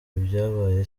ibyabaye